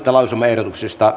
lausumaehdotuksista